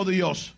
Dios